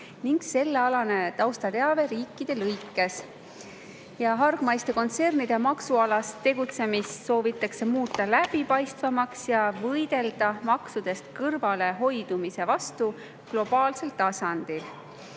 ning sellealane taustateave riikide lõikes. Hargmaiste kontsernide maksualast tegutsemist soovitakse muuta läbipaistvamaks ja võidelda maksudest kõrvalehoidmise vastu globaalsel tasandil.